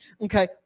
Okay